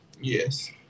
yes